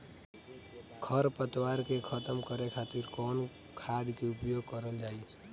खर पतवार के खतम करे खातिर कवन खाद के उपयोग करल जाई?